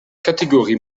catégorie